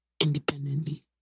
independently